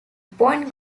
point